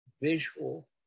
visual